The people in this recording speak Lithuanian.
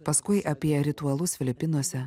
paskui apie ritualus filipinuose